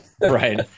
Right